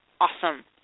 Awesome